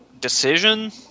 decision